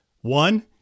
One